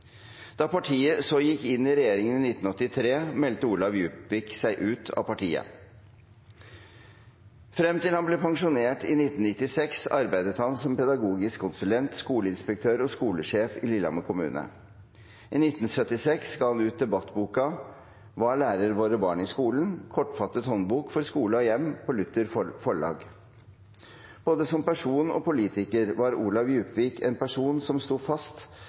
Da partiet så gikk inn i regjeringen i 1983, meldte Olav Djupvik seg ut av partiet. Frem til han ble pensjonert i 1996, arbeidet han som pedagogisk konsulent, skoleinspektør og skolesjef i Lillehammer kommune. I 1976 ga han ut debattboka «Hva lærer våre barn i skolen? Kortfattet håndbok for skole og hjem» på Luther Forlag. Både som person og politiker var Olav Djupvik en person som sto fast